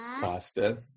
Pasta